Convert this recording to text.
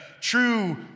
true